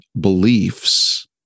beliefs